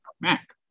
mac